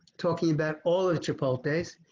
talking about all the couple days.